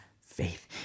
faith